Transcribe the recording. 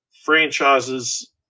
franchises